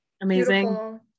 amazing